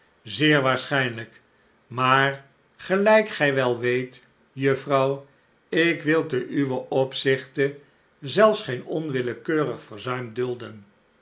zeer waarschijnlijk maar gelijk gij wel weet juffrouw ik wil ten uwen opzichte zelfs geen onwillekeurig verzuim dulden